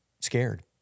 scared